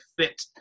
fit